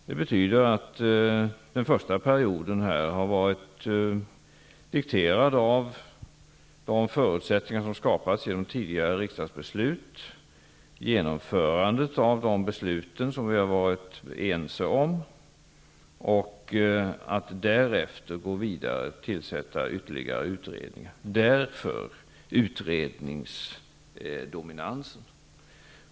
Det betyder att den första arbetsperioden har varit dikterad av de förutsättningar som har skapats och av tidigare fattade riksdagsbeslut och av genomförandet av fattade beslut, vilka vi har varit ense om. Därefter har vi haft som uppgift att vidare och tillsätta ytterligare utredningar, därav utredningsdominansen.